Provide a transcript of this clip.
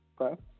Okay